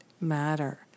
matter